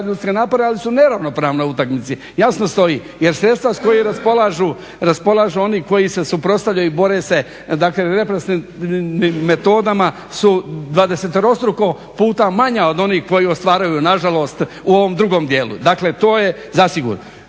ali su neravnopravna u utakmici. Jasno stoji, jer sredstva s kojim raspolažu oni koji se suprotstavljaju i bore se, dakle reprezentativnim metodama, su dvadeseterostruko puta manja od onih koji ostvaruju nažalost u ovom drugom dijelu. Dakle, to je zasigurno.